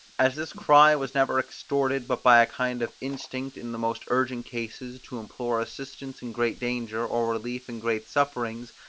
as this cry was never extorted but by a kind of instinct in the most urgent cases, to implore assistance in great danger, or relief in great sufferings,